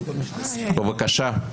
בבקשה,